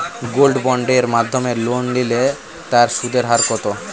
Gold বন্ডের মাধ্যমে loan নিলে তার সুদের হার কত?